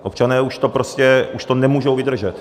Občané už to prostě nemůžou vydržet.